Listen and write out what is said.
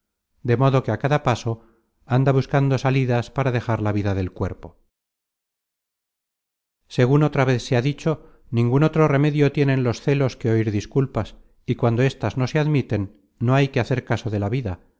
de modo que a cada paso anda buscando salidas para dejar la vida del cuerpo segun otra vez se ha dicho ningun otro remedio tienen los celos que oir disculpas y cuando éstas no se admiten no hay que hacer caso de la vida